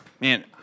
Man